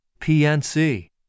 PNC